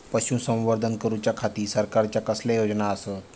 पशुसंवर्धन करूच्या खाती सरकारच्या कसल्या योजना आसत?